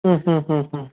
ம் ம் ம் ம்